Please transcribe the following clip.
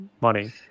money